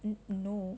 you know